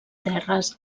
terres